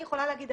על